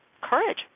courage